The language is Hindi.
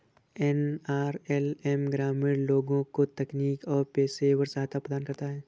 एन.आर.एल.एम ग्रामीण लोगों को तकनीकी और पेशेवर सहायता प्रदान करता है